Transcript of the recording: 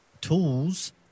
tools